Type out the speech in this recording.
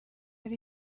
ari